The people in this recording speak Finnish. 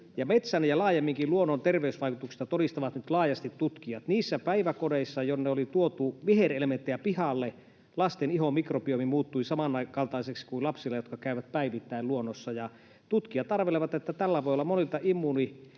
Metsän ja laajemminkin luonnon terveysvaikutuksista todistavat nyt laajasti tutkijat. Niissä päiväkodeissa, jonne oli tuotu viherelementtejä pihalle, lasten ihon mikrobiomi muuttui samankaltaiseksi kuin lapsilla, jotka käyvät päivittäin luonnossa, ja tutkijat arvelevat, että tällä voi olla monilta immuunivälitteisiltä